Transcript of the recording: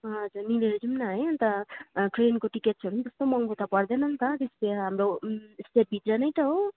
हजुर मिलेर जाउँ न है अन्त ट्रेनको टिकट्सहरू नि त्यस्तो महँगो त पर्दैन नि त त्यस्तै हो हाम्रो यस्तै भित्र नै त हो